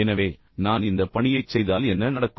எனவே நான் இந்த பணியைச் செய்தால் என்ன நடக்கும்